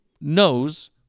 knows